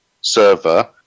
server